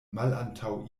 malantaŭ